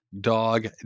dog